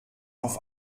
auf